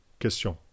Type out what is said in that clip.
Question